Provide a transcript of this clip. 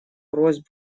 просьб